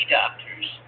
doctors